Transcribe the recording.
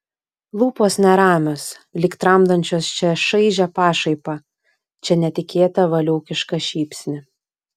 lūpos neramios lyg tramdančios čia šaižią pašaipą čia netikėtą valiūkišką šypsnį